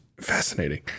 fascinating